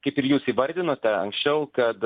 kaip ir jūs įvardinote anksčiau kad